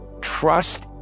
Trust